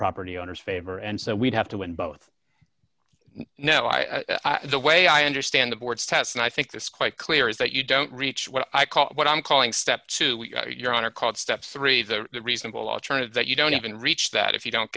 property owner's favor and so we'd have to win both know the way i understand the board's test and i think that's quite clear is that you don't reach what i call what i'm calling step two your honor called step three the reasonable alternative that you don't even reach that if you don't